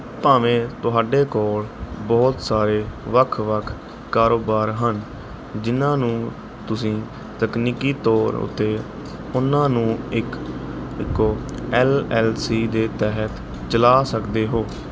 ਭਾਵੇਂ ਤੁਹਾਡੇ ਕੋਲ਼ ਬਹੁਤ ਸਾਰੇ ਵੱਖ ਵੱਖ ਕਾਰੋਬਾਰ ਹਨ ਜਿਨ੍ਹਾਂ ਨੂੰ ਤੁਸੀਂ ਤਕਨੀਕੀ ਤੌਰ ਉੱਤੇ ਉਨ੍ਹਾਂ ਨੂੰ ਇੱਕ ਇੱਕੋ ਐੱਲ ਐੱਲ ਸੀ ਦੇ ਤਹਿਤ ਚਲਾ ਸਕਦੇ ਹੋ